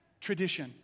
tradition